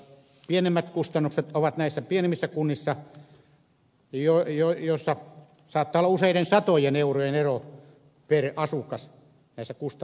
pienemmät kustannukset ovat näissä pienemmissä kunnissa joissa saattaa olla useiden satojen eurojen ero per asukas näissä kustannuksissa